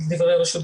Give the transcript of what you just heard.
לדברי הרשות,